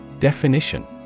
Definition